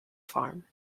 farm